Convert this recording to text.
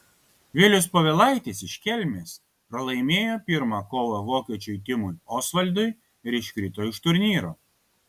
vilius povilaitis iš kelmės pralaimėjo pirmą kovą vokiečiui timui osvaldui ir iškrito iš turnyro